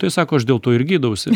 tai sako aš dėl to ir gydausi